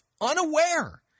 unaware